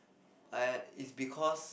aiyah is because